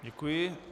Děkuji.